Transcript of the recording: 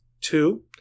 Two